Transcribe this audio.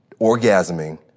orgasming